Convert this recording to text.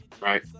Right